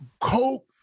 coke